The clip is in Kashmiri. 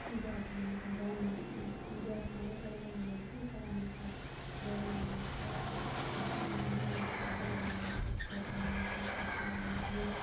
زیادٕ چھِ مےٚ گژھان گَنٛڈٕ زیادٕ چھِ مےٚ گژھان رُوانٛگَن تہٕ ژامَن خۄش یا رُوانٛگَن تہٕ کۄکُر پَتہٕ چھِ أسۍ رَنان ماز پَتہٕ دَگان پَتہٕ ترٛاوان تَتھ کیٛاہ وَنان اَتھ یہِ